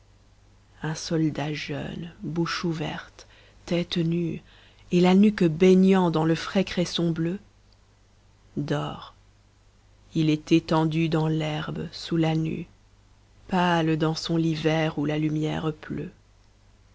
un soldat jeune bouche ouverte tête nue et la nuque baignant dans le frais cresson bleu dort il est étendu dans l'herbe sous la nue pâle dans son lit vert où la lumière pleut